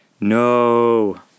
No